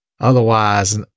otherwise